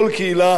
גם אצלנו.